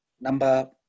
Number